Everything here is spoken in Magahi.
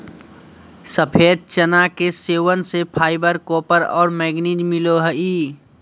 सफ़ेद चना के सेवन से फाइबर, कॉपर और मैंगनीज मिलो हइ